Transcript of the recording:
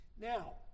Now